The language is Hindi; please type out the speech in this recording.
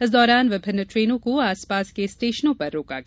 इस दौरान विभिन्न ट्रेनों को आसपास के स्टेशनों पर रोका गया